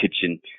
kitchen